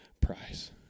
prize